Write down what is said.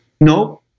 No